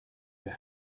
your